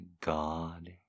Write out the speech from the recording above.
God